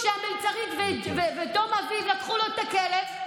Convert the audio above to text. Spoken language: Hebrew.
כשהמלצרית וטום אביב לקחו לו את הכלב,